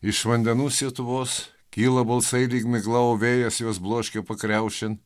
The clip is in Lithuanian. iš vandenų sietuvos kyla balsai lyg migla o vėjas juos bloškia pakriaušėn